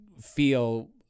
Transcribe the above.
feel